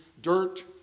dirt